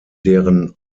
deren